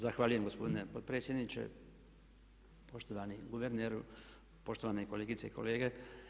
Zahvaljujem gospodine potpredsjedniče, poštovani guverneru, poštovane kolegice i kolege.